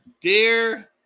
Dear